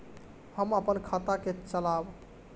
हम अपन खाता के चलाब?